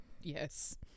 Yes